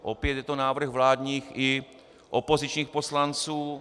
Opět je to návrh vládních i opozičních poslanců.